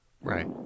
Right